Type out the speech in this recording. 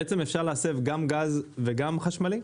בעצם אפשר להסב גם גז וגם חשמלי?